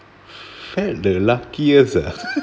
felt the luckiest ah